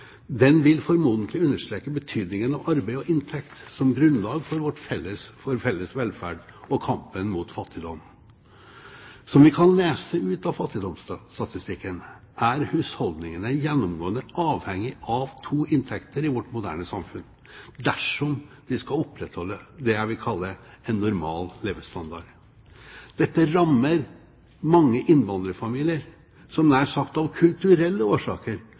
Den vil formodentlig understreke betydningen av arbeid og inntekt som grunnlag for vår felles velferd og kampen mot fattigdom. Som vi kan lese av fattigdomsstatistikken, er husholdningene gjennomgående avhengig av to inntekter i vårt moderne samfunn dersom de skal opprettholde det jeg vil kalle en normal levestandard. Dette rammer mange innvandrerfamilier, som nær sagt av kulturelle årsaker